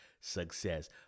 success